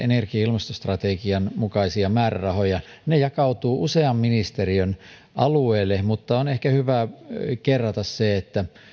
energia ja ilmastostrategian mukaisia määrärahoja ne jakautuvat usean ministeriön alueelle mutta on ehkä hyvä kerrata se että